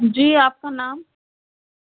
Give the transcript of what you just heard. जी आपका नाम